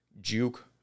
juke